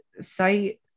site